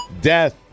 Death